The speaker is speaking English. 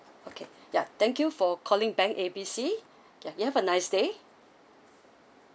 okay ya thank you for calling bank A B C ya you have a nice day